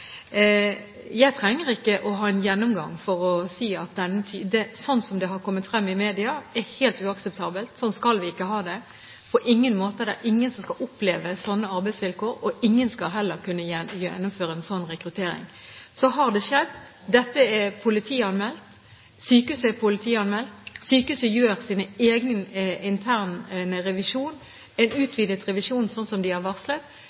Jeg trenger ikke å ha en gjennomgang for å si at det som har kommet frem i media, er helt uakseptabelt. Slik skal vi på ingen måte ha det. Ingen skal oppleve slike arbeidsvilkår, og ingen skal heller kunne gjennomføre en slik rekruttering. Så har det skjedd. Dette er politianmeldt. Sykehuset er politianmeldt. Sykehuset gjør sin egen interne revisjon – en utvidet revisjon – slik de har varslet.